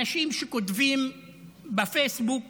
אנשים שכותבים בפייסבוק